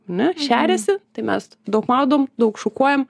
ane šeriasi tai mes daug maudom daug šukuojam